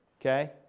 okay